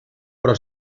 però